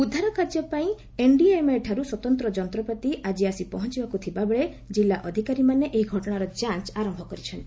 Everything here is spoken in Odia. ଉଦ୍ଧାର କାର୍ଯ୍ୟ ପାଇଁ ଏନ୍ଡିଏମ୍ଏଠାରୁ ସ୍ୱତନ୍ତ୍ର ଯନ୍ତ୍ରପାତି ଆଜି ଆସି ପହଞ୍ଚବାକୁ ଥିବାବେଳେ ଜିଲ୍ଲା ଅଧିକାରୀମାନେ ଏହି ଘଟଣାର ଯାଞ୍ଚ ଆରମ୍ଭ କରିଚ୍ଚନ୍ତି